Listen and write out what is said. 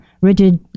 rigid